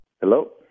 Hello